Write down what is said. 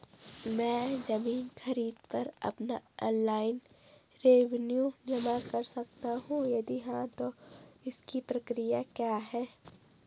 मैं ज़मीन खरीद पर अपना ऑनलाइन रेवन्यू जमा कर सकता हूँ यदि हाँ तो इसकी प्रक्रिया क्या है?